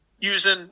using